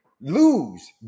lose